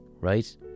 right